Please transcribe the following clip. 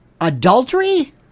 adultery